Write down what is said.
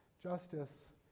Justice